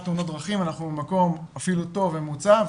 תאונות דרכים אנחנו במקום אפילו טוב בממוצע,